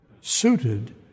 suited